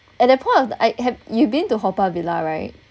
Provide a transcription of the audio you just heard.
at that point of I have you been to haw-par villa right